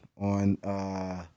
on